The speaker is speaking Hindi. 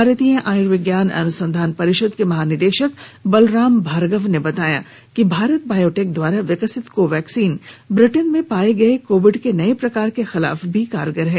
भारतीय आयुर्विज्ञान अनुसंधान परिषद के महानिदेशक बलराम भार्गव ने बताया कि भारत बायोटेक द्वारा विकसित कोवैक्सीन ब्रिटेन में पाए गए कोविड के नए प्रकार के खिलाफ भी कारगर है